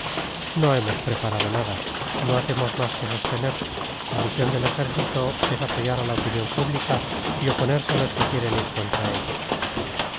no hemos preparado nada no hacemos más que sostener la misión del ejército es apoyar a la opinión pública y oponerse a los que quieren ir contra ella